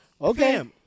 Okay